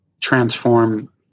transform